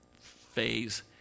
phase